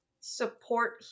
support